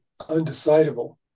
undecidable